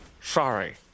sorry